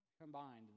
Combined